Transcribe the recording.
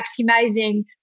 maximizing